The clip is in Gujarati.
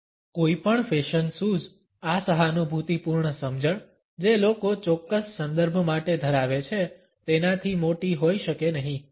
કોઈ પણ ફેશન સૂઝ આ સહાનુભૂતિપૂર્ણ સમજણ જે લોકો ચોક્કસ સંદર્ભ માટે ધરાવે છે તેનાથી મોટી હોઇ શકે નહીં